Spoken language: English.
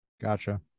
gotcha